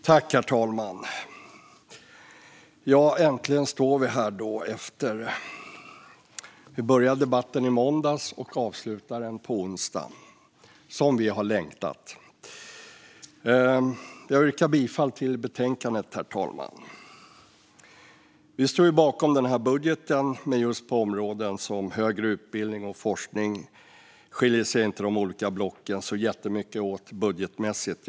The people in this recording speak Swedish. Herr talman! Äntligen står vi här. Vi började debatten i måndags och avslutar den på onsdagen. Som vi har längtat. Jag yrkar bifall till utskottets förslag i betänkandet. Vi står bakom denna budget. Men just på områden som högre utbildning och forskning skiljer sig de olika blocken inte så jättemycket åt budgetmässigt.